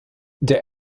der